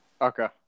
Okay